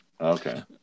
Okay